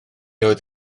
oedd